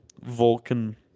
Vulcan